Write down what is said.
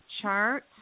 chart